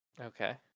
Okay